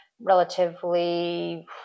relatively